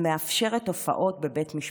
המאפשרת הופעות בבית משפט,